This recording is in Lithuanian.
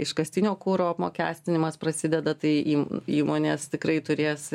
iškastinio kuro apmokestinimas prasideda tai įm įmonės tikrai turės